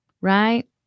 Right